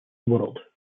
world